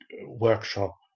workshop